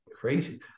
crazy